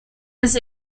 this